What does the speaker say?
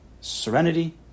Serenity